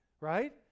right